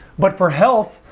but for health,